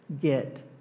get